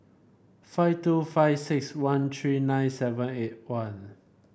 five two five six one three nine seven eight one